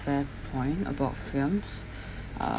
fair point about films uh